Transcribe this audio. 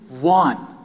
one